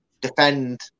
defend